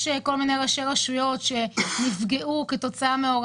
יש כל מיני ראשי רשויות שנפגעו כתוצאה מכל